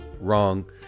wrong